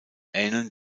ähneln